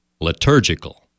Liturgical